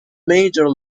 major